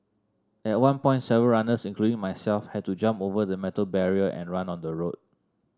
at one point several runners including myself had to jump over the metal barrier and run on the road